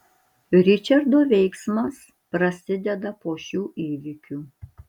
ričardo veiksmas prasideda po šių įvykių